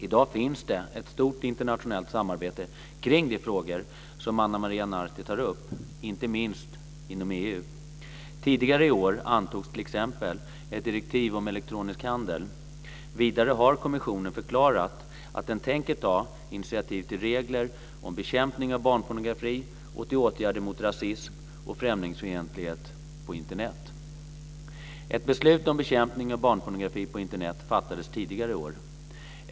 I dag finns det ett stort internationellt samarbete kring de frågor som Ana Maria Narti tar upp, inte minst inom EU. Tidigare i år antogs t.ex. ett direktiv om elektronisk handel. Vidare har kommissionen förklarat att den tänker ta initiativ till regler om bekämpning av barnpornografi och till åtgärder mot rasism och främlingsfientlighet på Internet. Ett beslut om bekämpning av barnpornografi på Internet fattades tidigare i år.